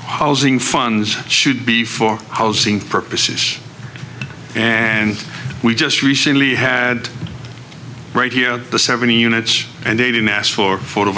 housing funds should be for housing purposes and we just recently had right here the seventy units and they didn't ask for